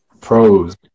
Pros